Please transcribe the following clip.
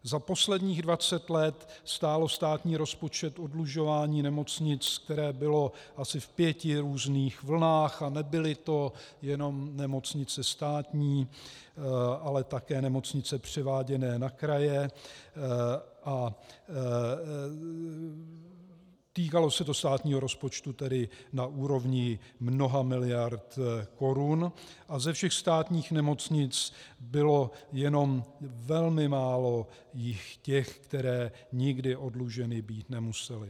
Za posledních dvacet let stálo státní rozpočet oddlužování nemocnic, které bylo v asi pěti různých vlnách, a nebyly to jenom nemocnice státní, ale také nemocnice převáděné na kraje, týkalo se to státního rozpočtu na úrovni mnoha miliard korun a ze všech státních nemocnic bylo jenom velmi málo těch, které nikdy oddluženy být nemusely.